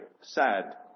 sad